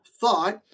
thought